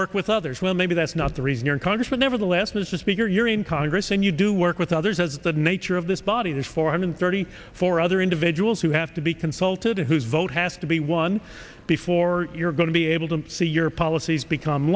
work with others well maybe that's not the reason you're in congress but nevertheless mr speaker you're in congress and you do work with others as the nature of this body has four hundred thirty four other individuals who have to be consulted whose vote has to be one before you're going to be able to see your policies become